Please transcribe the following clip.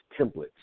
templates